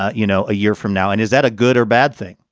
you know, a year from now. and is that a good or bad thing?